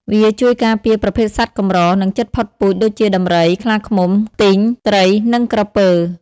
វាជួយការពារប្រភេទសត្វកម្រ និងជិតផុតពូជដូចជា ដំរី ខ្លាឃ្មុំ ខ្ទីង ត្រីនិងក្រពើ។